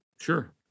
Sure